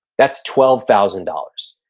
that's twelve thousand dollars.